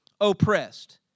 oppressed